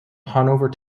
hanover